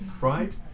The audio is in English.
right